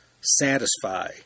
satisfy